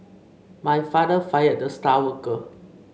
my father fired the star worker